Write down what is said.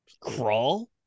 Crawl